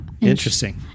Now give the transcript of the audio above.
Interesting